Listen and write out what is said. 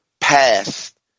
past